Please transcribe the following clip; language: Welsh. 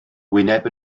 wyneb